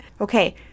Okay